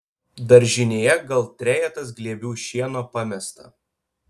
daržinėje gal trejetas glėbių šieno pamesta